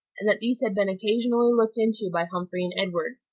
and that these had been occasionally looked into by humphrey and edward,